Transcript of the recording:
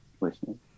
listening